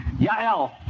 Yael